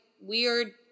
weird